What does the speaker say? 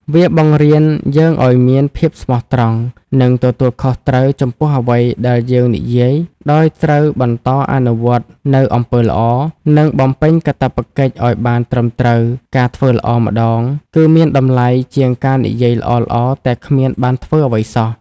វាបង្រៀនយើងឱ្យមានភាពស្មោះត្រង់ និងទទួលខុសត្រូវចំពោះអ្វីដែលយើងនិយាយ ដោយត្រូវបន្តអនុវត្តនូវអំពើល្អ និងបំពេញកាតព្វកិច្ចឱ្យបានត្រឹមត្រូវ។ ការធ្វើល្អម្តងគឺមានតម្លៃជាងការនិយាយល្អៗតែគ្មានបានធ្វើអ្វីសោះ។